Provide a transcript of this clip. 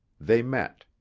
they met.